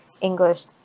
English